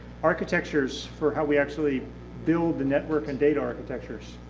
architectures for how we actually build the network and data architectures.